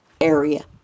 area